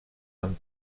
amb